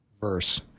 verse